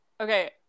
okay